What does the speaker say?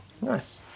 Nice